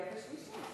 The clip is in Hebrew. בשלישית.